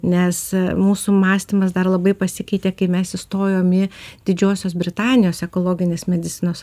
nes mūsų mąstymas dar labai pasikeitė kai mes įstojom į didžiosios britanijos ekologinės medicinos